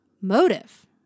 motive